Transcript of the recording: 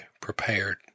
prepared